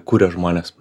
kuria žmonės